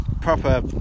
proper